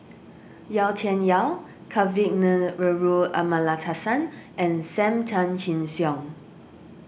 Yau Tian Yau Kavignareru Amallathasan and Sam Tan Chin Siong